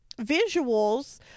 visuals